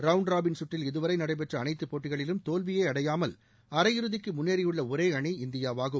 round robin கற்றில் இதுவரை நடைபெற்ற அனைத்து போட்டிகளிலும் தோல்வியே அடையாமல் அரையிறுதிக்கு முன்னேறியுள்ள ஒரே அணி இந்தியாவாகும்